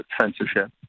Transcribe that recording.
censorship